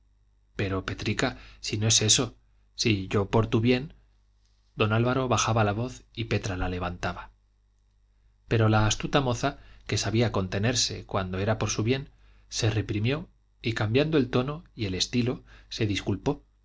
pero petrica si no es eso si yo por tu bien don álvaro bajaba la voz y petra la levantaba pero la astuta moza que sabía contenerse cuando era por su bien se reprimió y cambiando el tono y el estilo se disculpó